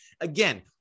Again